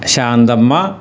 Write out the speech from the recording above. Shanthamma